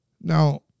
Now